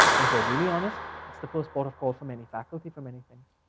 and if we're really honest? it's the first port of call for many faculty, for many things.